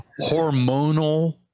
Hormonal